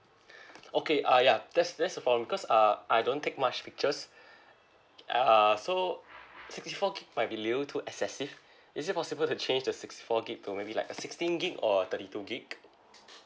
okay uh ya that's that's a problem because uh I don't take much pictures an~ uh so sixty four gig might be little too excessive is it possible to change the six forty gig to maybe like a sixteen gig or a thirty two gig